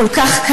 יושב פה שר,